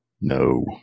No